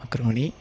macaroni